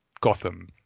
Gotham